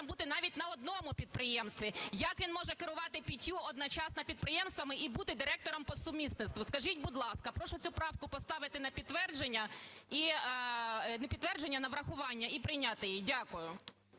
бути навіть на одному підприємстві, як він може керувати п'ятьма одночасно підприємствами і бути директором по сумісництву, скажіть, будь ласка? Прошу цю правку поставити на підтвердження… не підтвердження, а на врахування, і прийняти її. Дякую.